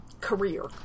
career